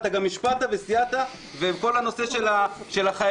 ואתה גם השפעת וסייעת עם כל הנושא של החיילים.